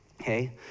Okay